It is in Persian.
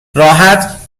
راحت